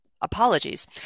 Apologies